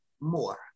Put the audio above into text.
more